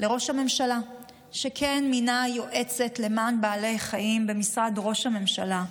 לראש הממשלה שכן מינה יועצת למען בעלי חיים במשרד ראש הממשלה,